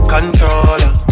Controller